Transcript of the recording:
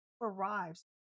Arrives